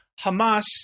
Hamas